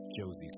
Josie